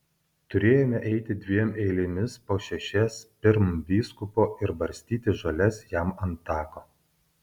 turėjome eiti dviem eilėmis po šešias pirm vyskupo ir barstyti žoles jam ant tako